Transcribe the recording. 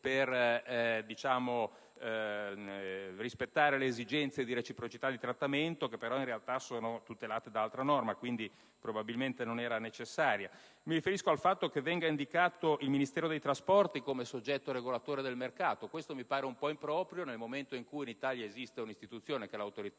per rispettare le esigenze di reciprocità di trattamento che in realtà sono tutelate da altra norma e quindi probabilmente non era necessaria. Mi riferisco al fatto che venga indicato il Ministero dei trasporti come soggetto regolatore del mercato, e questo mi pare improprio dal momento in cui in Italia esiste un'istituzione, l'Autorità